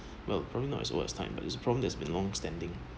well probably not as old as time but that problem has been long standing